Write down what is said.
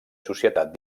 societat